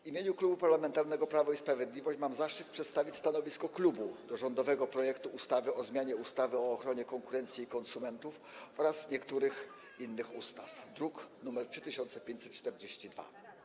W imieniu Klubu Parlamentarnego Prawo i Sprawiedliwość mam zaszczyt przedstawić stanowisko klubu odnośnie do rządowego projektu ustawy o zmianie ustawy o ochronie konkurencji i konsumentów oraz niektórych innych ustaw, druk nr 3542.